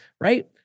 right